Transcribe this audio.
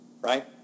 right